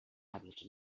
hàbils